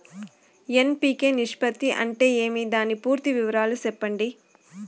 NPK నిష్పత్తి అంటే ఏమి దాని పూర్తి వివరాలు సెప్పండి?